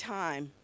time